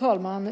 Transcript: Fru talman!